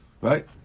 Right